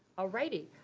alrighty,